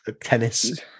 tennis